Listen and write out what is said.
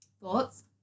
thoughts